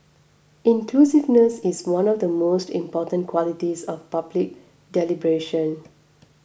inclusiveness is one of the most important qualities of public deliberation